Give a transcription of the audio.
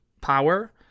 power